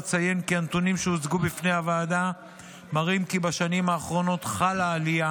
אציין כי הנתונים שהוצגו בפני הוועדה מראים כי בשנים האחרונות חלה עלייה